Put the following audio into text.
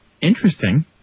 Interesting